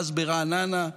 ואז ברעננה,